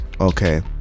okay